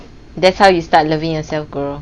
that's how you start loving yourself bro